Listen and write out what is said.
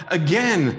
again